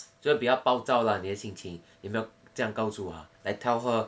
所以比较暴躁啦你的心情你有没有这样告诉他 like tell her